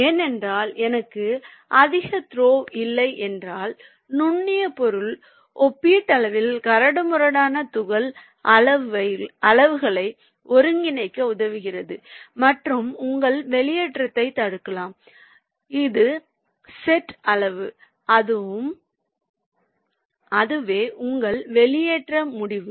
ஏனென்றால் எனக்கு அதிக த்ரோவ் இல்லை என்றால் நுண்ணிய பொருள் ஒப்பீட்டளவில் கரடுமுரடான துகள் அளவுகளை ஒருங்கிணைக்க உதவுகிறது மற்றும் உங்கள் வெளியேற்றத்தைத் தடுக்கலாம் அது செட் அளவு அதுவே உங்கள் வெளியேற்ற முடிவு